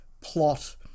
plot